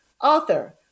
author